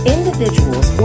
Individuals